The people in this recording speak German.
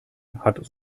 hat